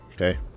Okay